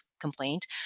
complaint